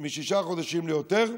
משישה חודשים ליותר,